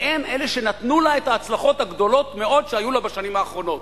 והם אלה שנתנו לה את ההצלחות הגדולות מאוד שהיו לה בשנים האחרונות.